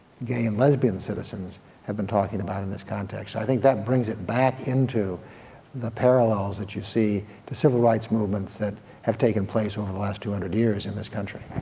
gay and lesbian citizens have been talking about in this context. i think that brings it back into the parallels that you see to civil rights movement movements that have taken place over the last two hundred years in this country.